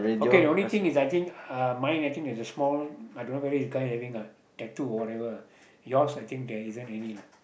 okay only thing is I think mine I think there's a small I don't know whether this guy having a tattoo or whatever yours I think there's isn't any lah